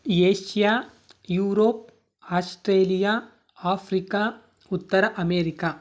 Asia Europe Australia Africa ಉತ್ತರ America